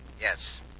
Yes